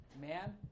man